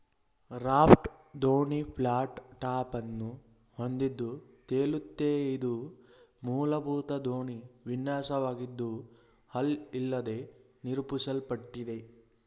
raft ದೋಣಿ flat ಟಾಪನ್ನು ಹೊಂದಿದ್ದು ತೇಲುತ್ತೆ ಇದು ಮೂಲಭೂತ ದೋಣಿ ವಿನ್ಯಾಸವಾಗಿದ್ದು ಹಲ್ ಇಲ್ಲದೇ ನಿರೂಪಿಸಲ್ಪಟ್ಟಿದೆ